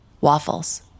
Waffles